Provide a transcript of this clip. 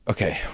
Okay